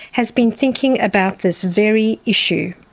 has been thinking about this very issue.